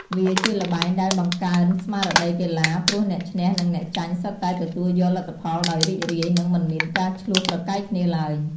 វាជាល្បែងដែលបង្កើនស្មារតីកីឡា ព្រោះអ្នកឈ្នះនិងអ្នកចាញ់សុទ្ធតែទទួលយកលទ្ធផលដោយរីករាយ និងមិនមានការឈ្លោះប្រកែកគ្នាឡើយ។